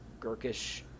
Gurkish